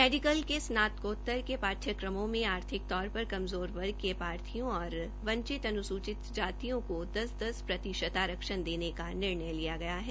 medical के स्नातकोतर के पाठ्यक्रम में आर्थिक तौरपर कमज़ोर वर्ग के प्राथियो और वंचित अन्सूचित जातियों को दस दस प्रतिशत आरक्षण देने का निर्णरू लिया गया है